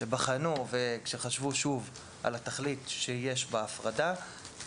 כשבחנו וכשחשבו שוב על התכלית שיש בהפרדה,